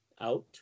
out